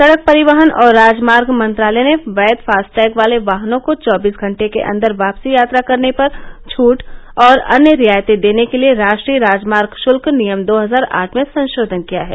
सडक परिवहन और राजमार्ग मंत्रालय ने वैघ फास्टैग वाले वाहनों को चौबीस घंटे के अंदर वापसी यात्रा करने पर छूट और अन्य रियायतें देने के लिए राष्ट्रीय राजमार्ग शुल्क नियम दो हजार आठ में संशोधन किया है